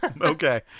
Okay